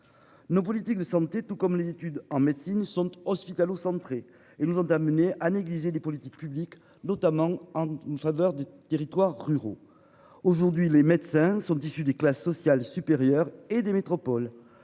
Nos politiques de santé, tout comme les études en médecine sont hospitalo-centrée et nous ont amener à négliger les politiques publiques notamment en une saveur de territoires ruraux. Aujourd'hui, les médecins sont issus des classes sociales supérieures et des métropoles,